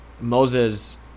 Moses